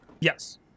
Yes